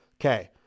okay